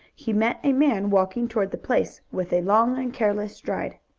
he met a man walking toward the place with a long and careless stride.